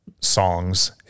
songs